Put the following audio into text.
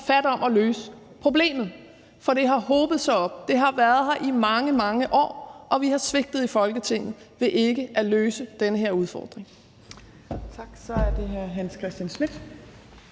fat om at løse problemet, for det har hobet sig op. Det har været her i mange, mange år, og vi har svigtet i Folketinget ved ikke at løse den her udfordring. Kl. 14:24 Tredje næstformand